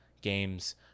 games